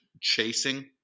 chasing